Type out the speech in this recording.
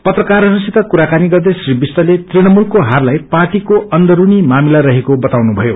पत्रकारहस्सित कुराकानी गर्दै श्री विष्टले तृणमूलको ाहारलाई पार्टीको अन्दरूनी मामिला रहेको बताएका छन्